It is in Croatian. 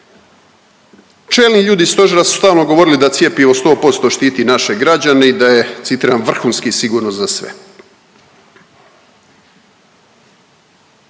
Čelni ljudi stožera su stalno govorili da cjepivo 100% štiti naše građane i da je citiram, vrhunski sigurno za sve.